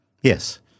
Yes